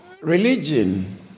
Religion